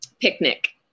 Picnic